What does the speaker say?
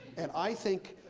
and i think,